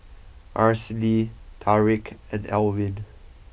Aracely Tariq and Elwyn